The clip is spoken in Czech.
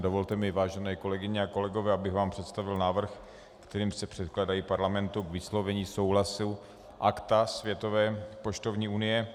Dovolte mi, vážené kolegyně a kolegové, abych vám představil návrh, kterým se předkládají Parlamentu k vyslovení souhlasu Akta Světové poštovní unie.